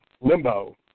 limbo